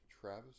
Travis